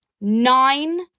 Nine